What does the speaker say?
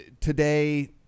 today –